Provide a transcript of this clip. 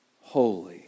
holy